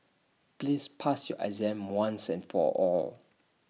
please pass your exam once and for all